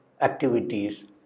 activities